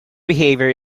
behavior